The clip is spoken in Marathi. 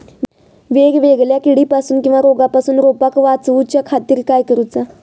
वेगवेगल्या किडीपासून किवा रोगापासून रोपाक वाचउच्या खातीर काय करूचा?